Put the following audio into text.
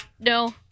No